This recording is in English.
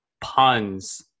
puns